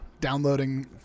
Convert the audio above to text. downloading